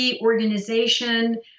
organization